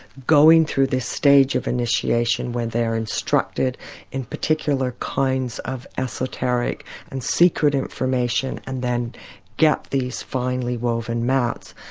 going through this stage of initiation where they're instructed in particular kinds of esoteric and secret information and then get these finely woven mats,